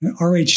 RH